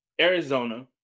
Arizona